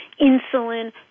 insulin